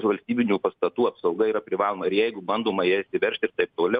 žvalgybinių pastatų apsauga yra privaloma ir jeigu bandoma į ją įsivežt ir taip toliau